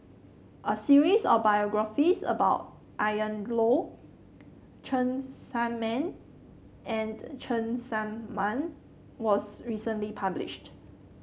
a series of biographies about Ian Loy Cheng Tsang Man and Cheng Tsang Man was recently published